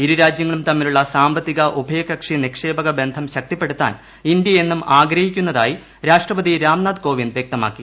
ഇരു രാജ്യങ്ങളും തമ്മിലുള്ള സാമ്പത്തിക ഉഭയകക്ഷി നിക്ഷേപക ബന്ധം ശക്തിപ്പെടുത്താൻ ഇന്ത്യ എന്നും ആഗ്രഹിക്കുന്നതായി രാഷ്ട്രപതി രാം നാഥ് കോവിന്ദ് വ്യക്തമാക്കി